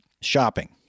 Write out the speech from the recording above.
shopping